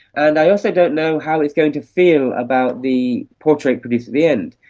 and i also don't know how it's going to feel about the portrait produced at the end.